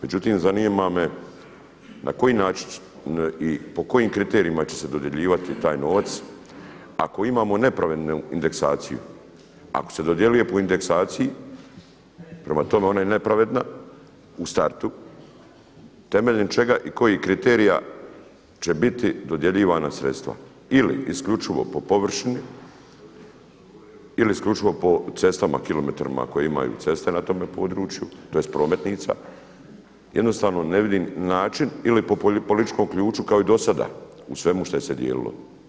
Međutim zanima me na koji način i po kojim kriterijima će se dodjeljivati taj novac, ako imamo nepravednu indeksaciju, ako se dodjeljuje po indeksaciji prema tone oma je nepravedna u startu, temeljem čega i kojih kriterija će biti dodjeljivana sredstva ili isključivo po površini ili isključivo po cestama, kilometrima koje imaju ceste na tome području tj. prometnica, jednostavno ne vidim način ili po političkom ključu kao i do sada u svemu šta je se dijelilo?